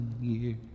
years